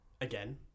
again